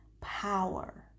power